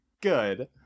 good